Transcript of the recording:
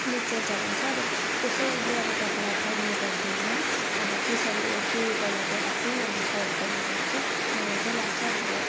literate छ भने चाहिँ अब कसैले अब तपाईँलाई ठग्नु सक्दैन अब के सही हो के गलत हो आफै अब सर्ट गर्न सक्छ मलाई चाहिँ लाग्छ अब